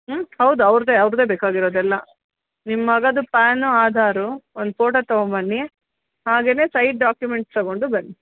ಹ್ಞೂ ಹೌದು ಅವ್ರದೇ ಅವ್ರದೇ ಬೇಕಾಗಿರೋದು ಎಲ್ಲ ನಿಮ್ಮ ಮಗನದು ಪ್ಯಾನು ಆಧಾರ್ ಒಂದು ಫೋಟೋ ತಗೊಂಬನ್ನಿ ಹಾಗೆಯೇ ಸೈಟ್ ಡಾಕ್ಯುಮೆಂಟ್ಸ್ ತಗೊಂಡು ಬನ್ನಿ